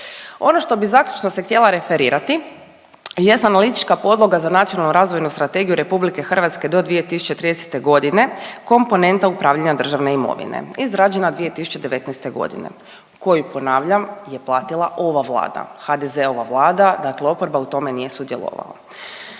Ono što bi zaključno se htjela referirati jest analitička podloga za Nacionalnu razvojnu strategiju RH do 2030. godine komponenta upravljanja državne imovine izrađena 2019. godine koju ponavljam je platila ova Vlada, HDZ-ova Vlada, dakle oporba u tome nije sudjelovala.